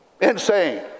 insane